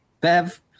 Bev